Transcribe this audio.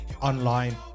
online